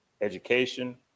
education